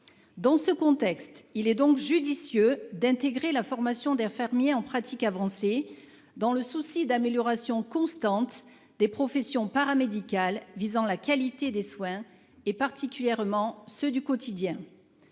Dans ce contexte, il est donc judicieux d'intégrer la formation d'infirmier en pratique avancée dans le souci d'amélioration constante des professions paramédicales visant la qualité des soins et particulièrement ceux du quotidien.